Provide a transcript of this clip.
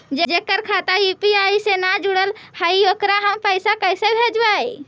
जेकर खाता यु.पी.आई से न जुटल हइ ओकरा हम पैसा कैसे भेजबइ?